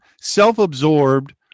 self-absorbed